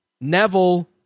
Neville